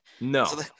No